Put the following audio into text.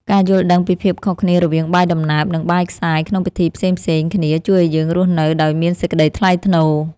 ការយល់ដឹងពីភាពខុសគ្នារវាងបាយដំណើប និងបាយខ្សាយក្នុងពិធីផ្សេងៗគ្នាជួយឱ្យយើងរស់នៅដោយមានសេចក្តីថ្លៃថ្នូរ។